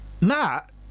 Matt